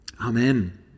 Amen